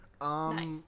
Nice